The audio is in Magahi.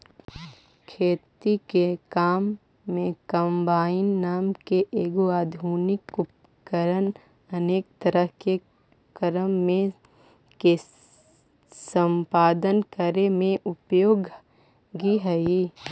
खेती के काम में कम्बाइन नाम के एगो आधुनिक उपकरण अनेक तरह के कारम के सम्पादन करे में उपयोगी हई